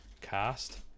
Cast